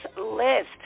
list